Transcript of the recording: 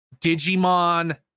Digimon